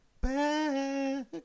back